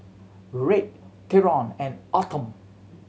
Red Theron and Autumn